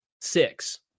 six